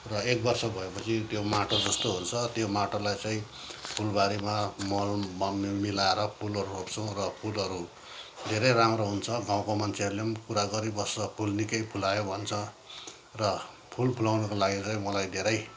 र एक वर्ष भएपछि त्यो माटो जस्तो हुन्छ त्यो माटोलाई चाहिँ फुलबारी मल म म मिलाएर फुलहरू रोप्छौँ र फुलहरू धेरै राम्रो हुन्छ गाउँको मन्छेहरूले पनि कुरा गरिबस्छ फुल निकै फुलायो भन्छ र फुल फुलाउनुको लागि चाहिँ मलाई धेरै